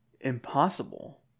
impossible